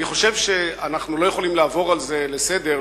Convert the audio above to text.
אני חושב שאנחנו לא יכולים לעבור על זה לסדר-היום,